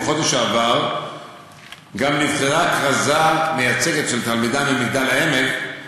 בחודש שעבר גם נבחרה כרזה מייצגת של תלמידה ממגדל-העמק,